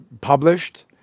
published